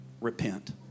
repent